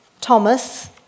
Thomas